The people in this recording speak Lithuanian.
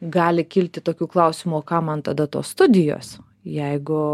gali kilti tokių klausimų o kam man tada tos studijos jeigu